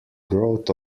growth